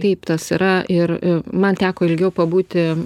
kaip tas yra ir man teko ilgiau pabūti